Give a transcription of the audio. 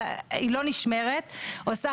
הוא עושה